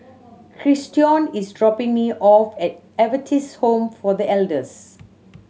Christion is dropping me off at Adventist Home for The Elders